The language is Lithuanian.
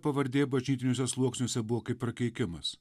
pavardė bažnytiniuose sluoksniuose buvo kaip prakeikimas